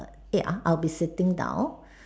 eh I'll I'll be sitting down